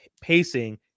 pacing